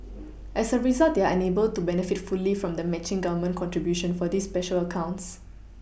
as a result they are unable to benefit fully from the matching Government contribution for these special accounts